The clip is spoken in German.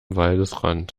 waldesrand